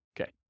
Okay